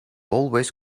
always